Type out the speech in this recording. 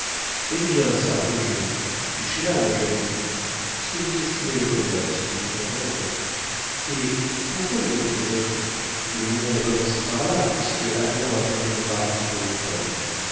eh bien sarpejeu touchez là mon jeune ami puisque vous estimez le commerce nous nous entendrons eh pourquoi le mépriserait on le monde a commencé par là puisque adam a vendu le paradis pour une pomme